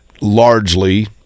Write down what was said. largely